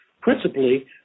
principally